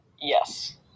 Yes